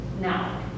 now